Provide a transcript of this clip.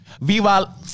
Viva